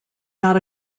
not